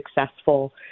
successful